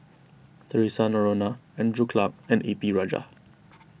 theresa Noronha Andrew Clarke and A P Rajah